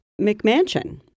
McMansion